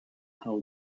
how